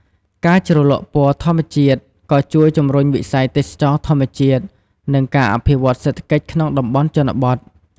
ការជ្រលក់ពណ៌ធម្មជាតិក៏ជួយជំរុញវិស័យទេសចរណ៍ធម្មជាតិ និងការអភិវឌ្ឍសេដ្ឋកិច្ចក្នុងតំបន់ជនបទ ។